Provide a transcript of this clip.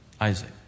Isaac